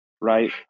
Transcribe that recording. right